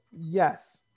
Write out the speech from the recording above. yes